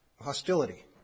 hostility